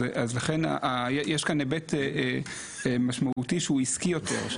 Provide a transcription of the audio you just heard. אז לכן יש כאן היבט משמעותי שהוא עסקי יותר,